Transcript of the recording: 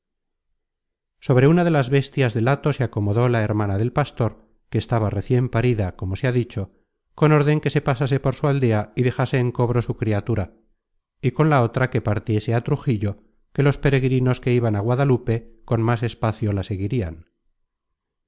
sobre una de las bestias del hato se acomodó la hermana del pastor que estaba recien parida como se ha dicho con órden que se pasase por su aldea y dejase en cobro su criatura y con la otra se partiese á trujillo que los peregrinos que iban á guadalupe con más espacio la seguirian